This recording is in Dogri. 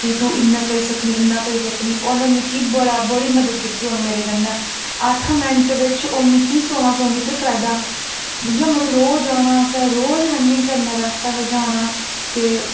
कि तू इ'न्ना करी सकनी इ'न्ना करी सकनी ओह ना मिकी बड़ा बड़ी मदद कीती उ'न्न मेरी कन्नै अट्ठ मैंट्ट बिच्च ओह् मिकी सोलां सौ मीटर कराईड़दा हा इयां मतलब रोज जाना असें रोज रनिंग करने बास्तै असें जाना ते